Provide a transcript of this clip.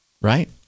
right